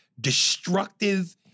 destructive